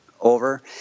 over